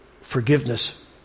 forgiveness